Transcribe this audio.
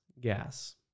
gas